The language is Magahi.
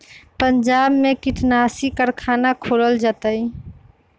पंजाब में कीटनाशी कारखाना खोलल जतई